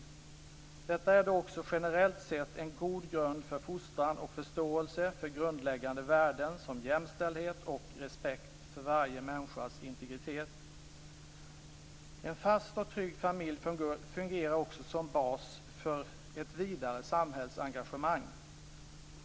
Detta är också generellt sett en god grund för fostran och förståelse för grundläggande värden som jämställdhet och respekt för varje människas integritet. En fast och trygg familj fungerar också som bas för ett vidare samhällsengagemang.